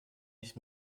ich